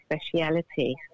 speciality